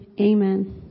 Amen